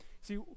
See